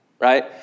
right